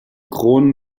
kronen